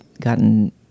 gotten